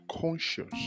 conscious